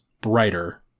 brighter